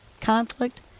conflict